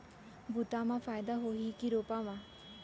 बुता म फायदा होही की रोपा म?